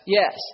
Yes